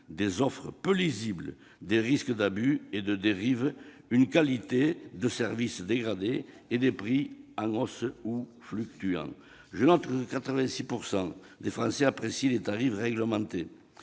d'offres peu lisibles, à des risques d'abus et de dérives, à une qualité de service dégradée et à des prix en hausse ou fluctuants. Je note que 86 % des Français apprécient les tarifs réglementés